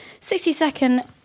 60-second